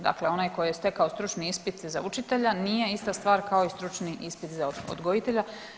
Dakle, onaj tko je stekao stručni ispit za učitelja nije ista stvar kao i stručni ispit za odgojitelja.